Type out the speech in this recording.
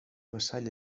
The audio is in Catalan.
vassall